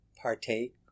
partake